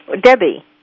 Debbie